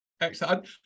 Excellent